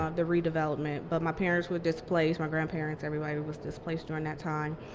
ah the redevelopment but my parents were displaced, my grandparents, everybody was displaced during that time